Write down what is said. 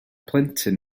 plentyn